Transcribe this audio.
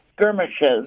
skirmishes